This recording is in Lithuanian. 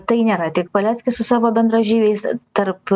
tai nėra tik paleckis su savo bendražygiais tarp